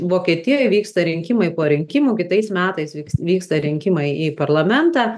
vokietijoj vyksta rinkimai po rinkimų kitais metais vyks vyksta rinkimai į parlamentą